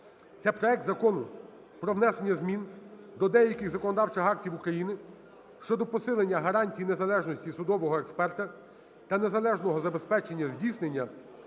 це проект Закону про внесення змін до деяких законодавчих актів України щодо посилення гарантій незалежності судового експерта та належного забезпечення здійснення